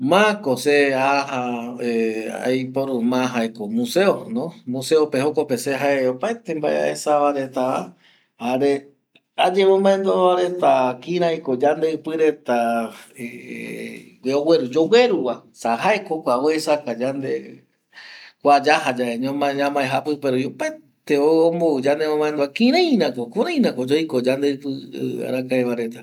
Ma ko se aja aiporu ma jaeko Museo, Museo pe jokope se jae opaete mbae aesa va reta va, jare ayemomaendua va reta, kirai ko yandeɨpɨ reta yogueru, yogueru va, esa jae ko jokua oesauka yandeve kua yaja yave ñamae japɨpe rupi opaete ombou yanemombaendua kirai rako, kurai rako yaiko yandepɨ arakae va reta ndie.